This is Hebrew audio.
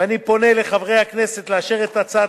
ואני פונה לחברי הכנסת בבקשה לאשר את הצעת